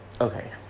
okay